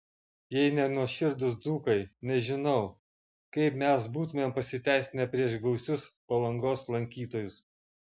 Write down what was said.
jei ne nuoširdūs dzūkai nežinau kaip mes būtumėm pasiteisinę prieš gausius palangos lankytojus